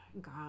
God